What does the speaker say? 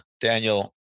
Daniel